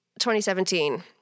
2017